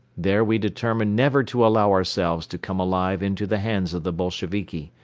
there we determined never to allow ourselves to come alive into the hands of the boisheviki.